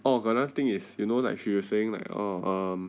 oh got another thing is you know like she was saying like oh um